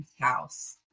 house